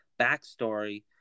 backstory